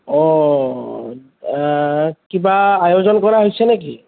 কিবা আয়োজন কৰা হৈছে নেকি